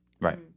right